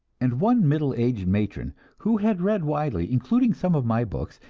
and one middle-aged matron, who had read widely, including some of my books,